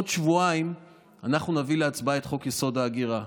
עוד שבועיים אנחנו נביא להצבעה את חוק-יסוד: ההגירה.